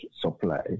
supply